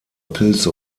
pilze